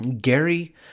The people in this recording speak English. Gary